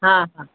हा हा